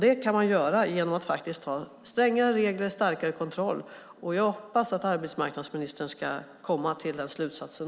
Det kan man göra genom att ha strängare regler och starkare kontroll. Jag hoppas att arbetsmarknadsministern också ska komma till den slutsatsen.